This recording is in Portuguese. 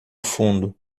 fundo